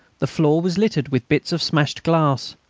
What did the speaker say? the floor was littered with bits of smashed glass.